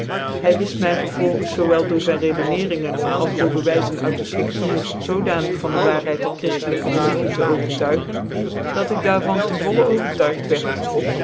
hy wift my vervolgens zoo door zvn redeneringen ah door bewyzen uit de schriftuur zodanig van de waarheid der chriftelijke religie te overtuigen dat ik daar van ten vollen overtuigd wierd